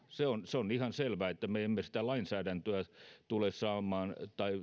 se on se on ihan selvää että me emme sitä lainsäädäntöä tule saamaan